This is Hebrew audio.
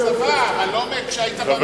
אולי מהצבא אבל לא כשהיית בממשלה.